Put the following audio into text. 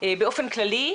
באופן כללי,